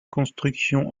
constructions